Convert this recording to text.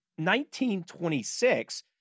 1926